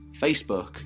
Facebook